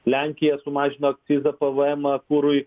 lenkija sumažino akcizą peve emą kurui